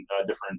different